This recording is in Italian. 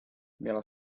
nella